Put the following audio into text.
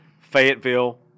Fayetteville